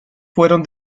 fueron